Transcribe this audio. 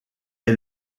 est